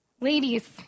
ladies